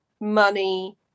money